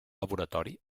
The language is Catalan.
laboratori